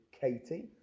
Katie